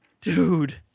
Dude